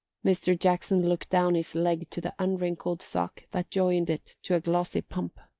mr. jackson looked down his leg to the unwrinkled sock that joined it to a glossy pump.